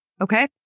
Okay